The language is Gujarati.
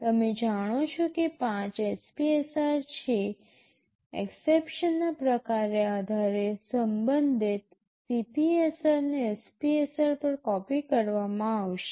તમે જાણો છો કે 5 SPSR છે એક્સેપ્શનના પ્રકારને આધારે સંબંધિત CPSR ને SPSR પર કોપિ કરવામાં આવશે